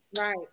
Right